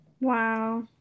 Wow